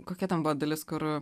kokia ten buvo dalis kur